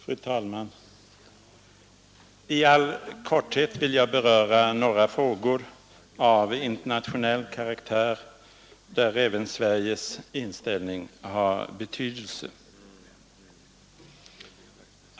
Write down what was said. Fru talman! I all korthet vill jag beröra några frågor av internationell karaktär, där även Sveriges inställning har betydelse.